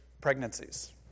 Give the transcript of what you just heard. pregnancies